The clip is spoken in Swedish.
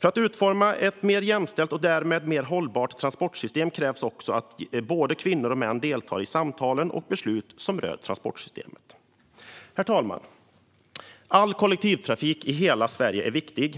För att utforma ett mer jämställt och därmed mer hållbart transportsystem krävs det också att både kvinnor och män deltar i samtal och beslut som rör transportsystemet. Herr talman! All kollektivtrafik i hela Sverige är viktig.